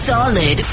Solid